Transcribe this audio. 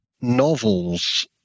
novels